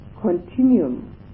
continuum